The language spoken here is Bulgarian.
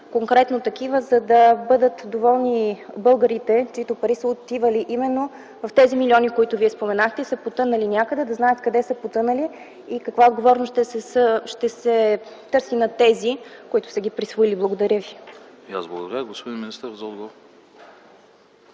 конкретно такива, за да бъдат доволни българите, чиито пари са отивали именно в тези милиони, които Вие споменахте, и са потънали някъде, за да знаят къде са потънали и каква отговорност ще се търси на тези, които са ги присвоили. Благодаря ви. ПРЕДСЕДАТЕЛ АНАСТАС АНАСТАСОВ: